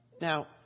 Now